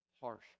harsh